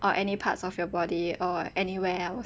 or any parts of your body or anywhere else